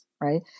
right